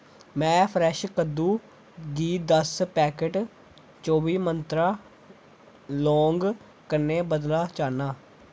में फ्रैश कद्दू गी दस पैकट चौह्बी मंत्रा लौंग कन्नै बदलना चाह्न्नां